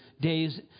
days